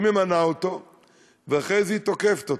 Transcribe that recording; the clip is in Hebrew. היא ממנה אותו ואחרי זה היא תוקפת אותו.